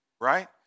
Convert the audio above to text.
Right